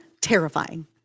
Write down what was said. terrifying